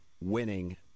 winning